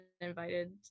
invited